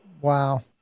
wow